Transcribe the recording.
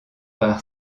par